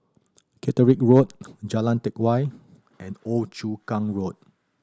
Caterick Road Jalan Teck Whye and Old Chu Kang Road